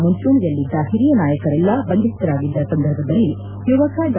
ಮುಂಚೂಣಿಯಲ್ಲಿದ್ದ ಹಿರಿಯ ನಾಯಕರೆಲ್ಲಾ ಬಂಧಿತರಾಗಿದ್ದ ಸಂದರ್ಭದಲ್ಲಿ ಯುವಕ ಡಾ